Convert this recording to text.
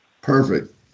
perfect